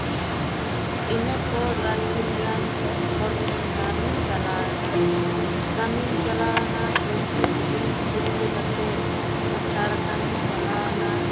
ᱤᱱᱟᱹ ᱯᱚᱨ ᱵᱟᱨ ᱥᱤᱧ ᱜᱟᱱ ᱦᱚᱲ ᱴᱷᱮᱱ ᱠᱟᱹᱢᱤᱧ ᱪᱟᱞᱟᱣᱮᱱᱟ ᱠᱟᱹᱢᱤᱧ ᱪᱟᱞᱟᱣᱮᱱᱟ ᱯᱩᱭᱥᱟᱹ ᱠᱮᱜᱼᱟᱹᱧ ᱯᱩᱭᱥᱟᱹ ᱠᱟᱛᱮ ᱡᱷᱟᱲᱜᱨᱟᱢᱤᱧ ᱪᱟᱞᱟᱣᱮᱱᱟ